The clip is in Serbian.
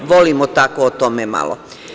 Volimo tako o tome malo.